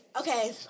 Okay